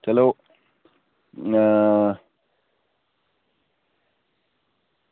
चलो